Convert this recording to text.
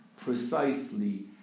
precisely